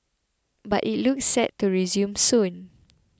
but it looks set to resume soon